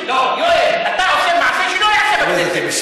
לא, יואל, אתה עושה מעשה שלא ייעשה בכנסת.